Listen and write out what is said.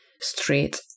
straight